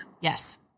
Yes